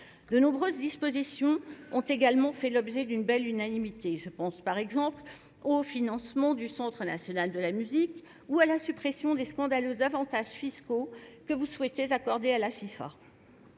De nombreuses dispositions ont également fait l'objet d'une belle unanimité. Je pense par exemple au financement du Centre national de la musique ou à la suppression des scandaleux avantages fiscaux que vous souhaitez accorder à la FIFA.